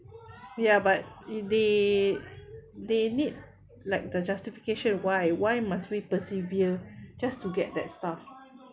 ya but they they need like the justification why why must we persevere just to get that stuff